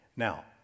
Now